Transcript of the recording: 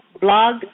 Blog